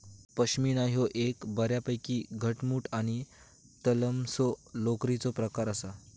पश्मीना ह्यो एक बऱ्यापैकी घटमुट आणि तलमसो लोकरीचो प्रकार आसा